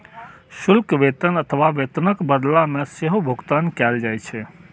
शुल्क वेतन अथवा वेतनक बदला मे सेहो भुगतान कैल जाइ छै